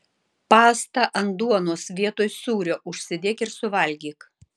pastą ant duonos vietoj sūrio užsidėk ir suvalgyk